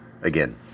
again